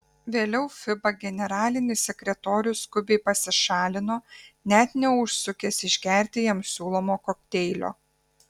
vėliau fiba generalinis sekretorius skubiai pasišalino net neužsukęs išgerti jam siūlomo kokteilio